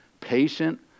patient